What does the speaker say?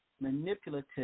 manipulative